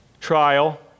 trial